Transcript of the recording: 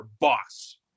boss